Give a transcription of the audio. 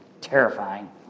Terrifying